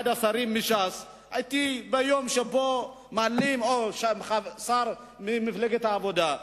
או אחד השרים מש"ס או שר ממפלגת העבודה,